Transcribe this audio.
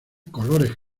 colores